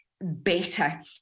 better